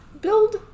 build